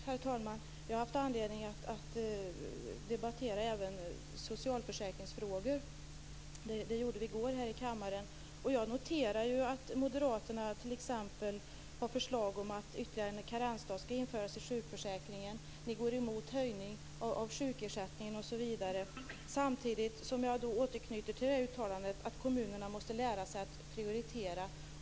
Herr talman! Jag har haft anledning att debattera även socialförsäkringsfrågor. Det gjorde vi i går här i kammaren. Jag noterar att moderaterna t.ex. har förslag om att ytterligare en karensdag skall införas i sjukförsäkringen. Ni går emot en höjning av sjukersättningen osv. Samtidigt vill jag återknyta till uttalandet om att kommunerna måste lära sig att prioritera.